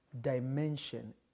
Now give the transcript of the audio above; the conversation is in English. dimension